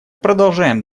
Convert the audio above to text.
продолжаем